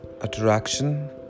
attraction